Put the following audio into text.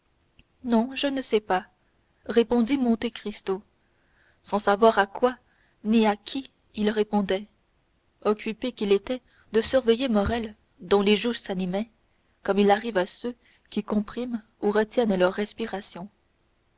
non je ne sais pas répondit monte cristo sans savoir à quoi ni à qui il répondait occupé qu'il était de surveiller morrel dont les joues s'animaient comme il arrive à ceux qui compriment ou retiennent leur respiration